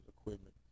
equipment